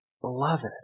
Beloved